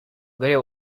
gre